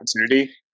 opportunity